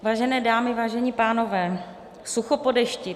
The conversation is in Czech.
Vážené dámy, vážení pánové, sucho po dešti.